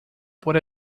por